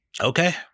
Okay